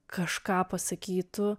kažką pasakytų